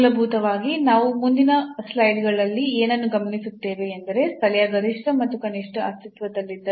ಮೂಲಭೂತವಾಗಿ ನಾವು ಈಗ ಮುಂದಿನ ಸ್ಲೈಡ್ಗಳಲ್ಲಿ ಏನನ್ನು ಗಮನಿಸುತ್ತೇವೆ ಎಂದರೆ ಸ್ಥಳೀಯ ಗರಿಷ್ಠ ಅಥವಾ ಕನಿಷ್ಠ ಅಸ್ತಿತ್ವದಲ್ಲಿದ್ದರೆ